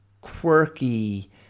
quirky